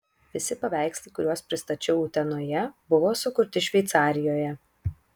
visi paveikslai kuriuos pristačiau utenoje buvo sukurti šveicarijoje